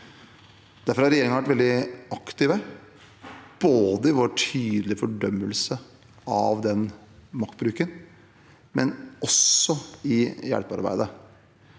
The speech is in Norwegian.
Derfor har regjeringen vært veldig aktiv, både i vår tydelige fordømmelse av den maktbruken og også i hjelpearbeidet.